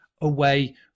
away